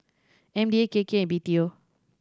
M D A K K and B T O